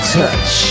touch